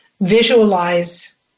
visualize